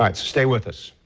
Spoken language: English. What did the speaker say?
um stay with us.